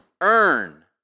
earn